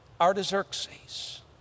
Artaxerxes